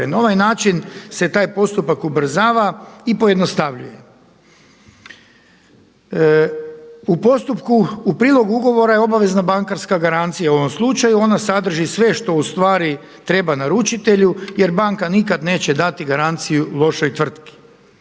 ovaj način se taj postupak ubrzava i pojednostavljuje. U postupku, u prilogu ugovora je obavezna bankarska garancija u ovom slučaju. Ona sadrži sve što u stvari treba naručitelju, jer banka nikad neće dati garanciju lošoj tvrtki.